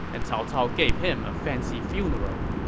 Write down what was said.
and cao cao gave him a fancy funeral.